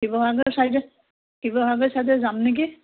শিৱসাগৰ চাইডে শিৱসাগৰ চাইডে যাম নেকি